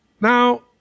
Now